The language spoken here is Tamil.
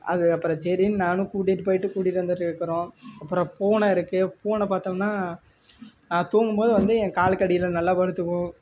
அது அப்புறம் சரின்னு நானும் கூட்டிகிட்டு போய்ட்டு கூட்டிகிட்டு வந்துட்ருக்கிறோம் அப்புறம் பூனை இருக்கு பூனை பார்த்தோம்னா நான் தூங்கும்போது வந்து என் காலுக்கு அடியில் நல்லா படுத்துக்கும்